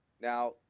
Now